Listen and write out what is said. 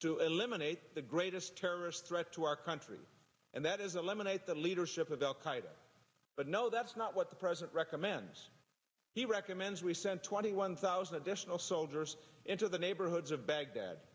to eliminate the greatest terrorist threat to our country and that is the lemonade the leadership of al qaeda but no that's not what the president recommends he recommends we send twenty one thousand additional soldiers into the neighborhoods of baghdad